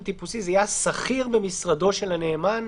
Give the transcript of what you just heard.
טיפוסי זה יהיה השכיר במשרדו של הנאמן,